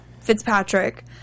Fitzpatrick